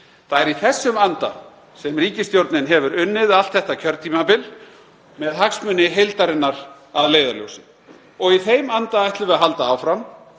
Það er í þessum anda sem ríkisstjórnin hefur unnið allt þetta kjörtímabil með hagsmuni heildarinnar að leiðarljósi og í þeim anda ætlum við að halda áfram.